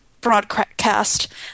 broadcast